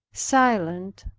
silent,